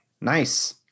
Nice